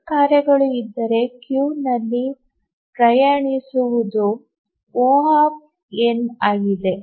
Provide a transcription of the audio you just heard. N ಕಾರ್ಯಗಳು ಇದ್ದರೆ ಕ್ಯೂನಲ್ಲಿ ಪ್ರಯಾಣಿಸುವುದು O ಆಗಿದೆ